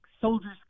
soldiers